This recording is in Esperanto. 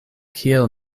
kiel